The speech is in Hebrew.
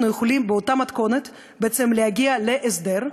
אנחנו יכולים באותה מתכונת להגיע להסדר,